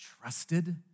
trusted